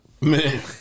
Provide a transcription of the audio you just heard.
man